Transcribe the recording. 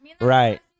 Right